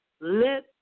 Let